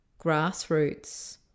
grassroots